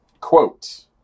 Quote